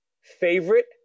favorite